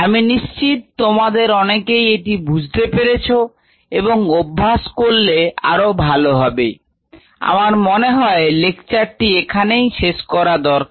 আমি নিশ্চিত তোমাদের অনেকেই এটি বুঝতে পেরেছ এবং অভ্যাস করলে আরো ভালো হবে আমার মনে হয় লেকচারটি এখানেই শেষ করা দরকার